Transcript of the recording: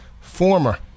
Former